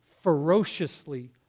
ferociously